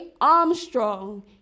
Armstrong